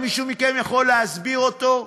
מישהו מכם יכול להסביר אותו,